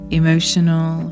emotional